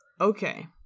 okay